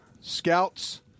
scouts